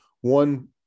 one